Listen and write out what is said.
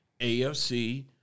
AFC